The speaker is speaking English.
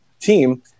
team